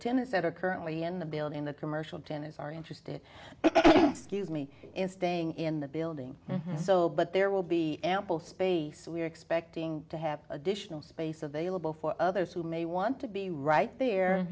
tenants that are currently in the building the commercial tenants are interested scuse me in staying in the building so but there will be ample space we are expecting to have additional space available for others who may want to be right here